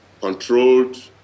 controlled